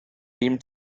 bûm